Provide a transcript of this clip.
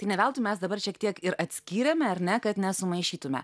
tai ne veltui mes dabar šiek tiek ir atskyrėme ar ne kad nesumaišytume